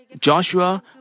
Joshua